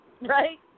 Right